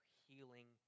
healing